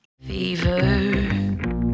Fever